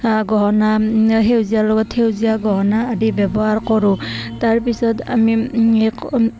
গহনা সেউজীয়াৰ লগত সেউজীয়া গহনা আদি ব্যৱহাৰ কৰোঁ তাৰপিছত আমি